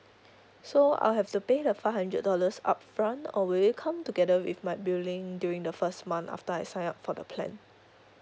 so I'll have to pay the five hundred dollars upfront or will it come together with my billing during the first month after I sign up for the plan